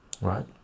right